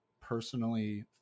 personally